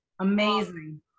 amazing